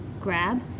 grab